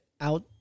out